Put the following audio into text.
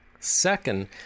Second